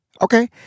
Okay